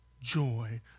joy